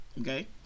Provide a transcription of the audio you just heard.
Okay